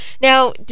Now